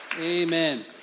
Amen